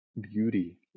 beauty